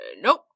nope